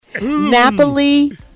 Napoli